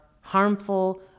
harmful